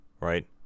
right